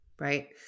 right